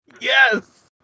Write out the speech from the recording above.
Yes